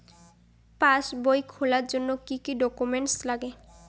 পাসবই খোলার জন্য কি কি ডকুমেন্টস লাগে?